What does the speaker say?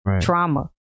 trauma